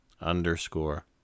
underscore